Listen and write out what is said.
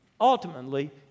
Ultimately